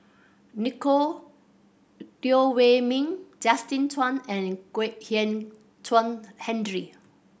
Nico Teo Wei Min Justin Zhuang and Kwek Hian Chuan Henry